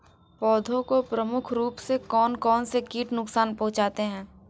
पौधों को प्रमुख रूप से कौन कौन से कीट नुकसान पहुंचाते हैं?